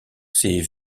ces